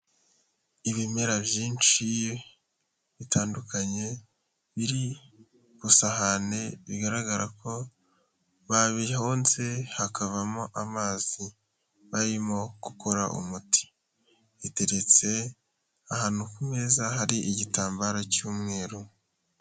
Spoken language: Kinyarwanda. Ibimera byinshi bitandukanye biri kusahane bigaragara ko babihonze hakavamo amazi barimo gukora umuti biteretse ahantu ku meza hari igitambaro cy'umweru.